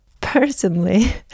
Personally